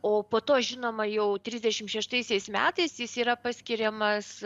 o po to žinoma jau trisdešim šeštaisiais metais jis yra paskiriamas